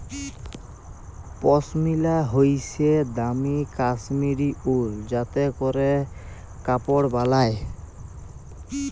পশমিলা হইসে দামি কাশ্মীরি উল যাতে ক্যরে কাপড় বালায়